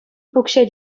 укҫа